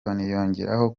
yongeraho